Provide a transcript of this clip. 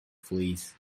fleas